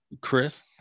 Chris